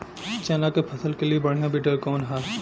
चना के फसल के लिए बढ़ियां विडर कवन ह?